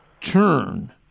turn